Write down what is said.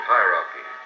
Hierarchy